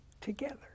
together